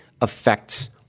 affects